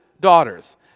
daughters